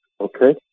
Okay